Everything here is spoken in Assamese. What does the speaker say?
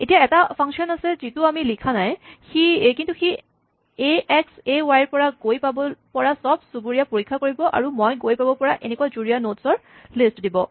এতিয়া এটা ফাংচন আছে যিটো আমি লিখা নাই কিন্তু C A X A Y পৰা গৈ পাব পৰা চব চুবুৰীয়া পৰীক্ষা কৰিব আৰু মই গৈ পাব পৰা এনেকুৱা যুৰীয়া নডছৰ লিষ্ট দিব